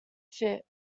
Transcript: fit